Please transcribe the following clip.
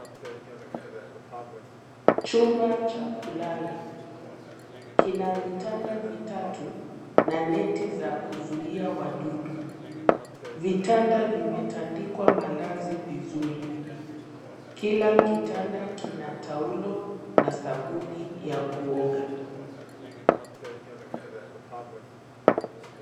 Chumba cha kulala kina vitanda vitatu na neti za kuzuia wadudu. Vitanda vimetandikwa malazi vizuri. Kila kitanda kina taulo na sabuni ya kuoga.